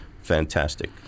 fantastic